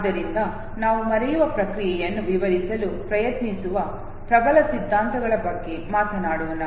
ಆದ್ದರಿಂದ ನಾವು ಮರೆಯುವ ಪ್ರಕ್ರಿಯೆಯನ್ನು ವಿವರಿಸಲು ಪ್ರಯತ್ನಿಸುವ ಪ್ರಬಲ ಸಿದ್ಧಾಂತಗಳ ಬಗ್ಗೆ ಮಾತನಾಡೋಣ